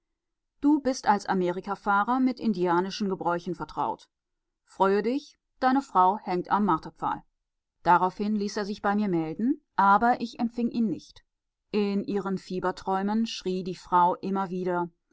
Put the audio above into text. du bist als amerikafahrer mit indianischen gebräuchen vertraut freue dich deine frau hängt am marterpfahl daraufhin ließ er sich bei mir melden aber ich empfing ihn nicht in ihren fieberträumen schrie die frau immer wieder